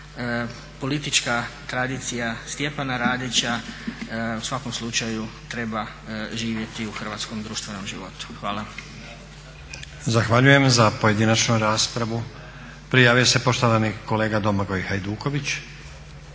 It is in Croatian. politička tradicija Stjepana Radića u svakom slučaju treba živjeti u hrvatskom društvenom životu. Hvala. **Stazić, Nenad (SDP)** Zahvaljujem. Za pojedinačnu raspravu prijavio se poštovani kolega Domagoj Hajduković.